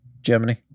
Germany